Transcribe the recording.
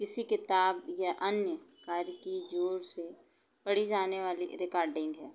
किसी किताब या अन्य कार्य की जोर से पढ़ी जाने वाली रिकार्डिंग है